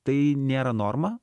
tai nėra norma